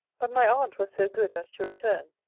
but my aunt was so good as to return,